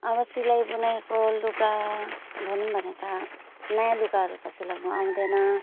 अब सिलाइ बुनाइको लुगा भनौँ भने त नयाँ लुगाहरू त सिलाउनु आउँदैन